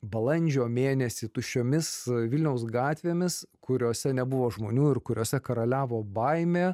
balandžio mėnesį tuščiomis vilniaus gatvėmis kuriose nebuvo žmonių ir kuriuose karaliavo baimė